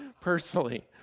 personally